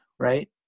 Right